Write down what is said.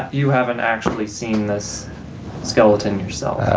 you haven't actually seen this skeleton yourself?